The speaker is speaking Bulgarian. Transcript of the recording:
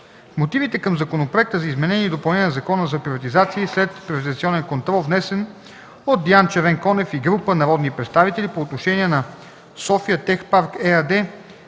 мотивите към Законопроекта за изменение и допълнение на Закона за приватизация и следприватизационен контрол, внесен от Диан Червенкондев и група народни представители, по отношение на „София Тех Парк” ЕАД,